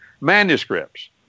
manuscripts